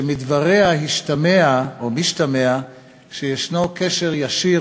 שמדבריה משתמע שישנו קשר ישיר